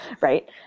Right